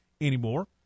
anymore